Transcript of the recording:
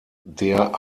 der